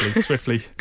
Swiftly